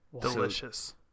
delicious